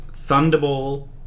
Thunderball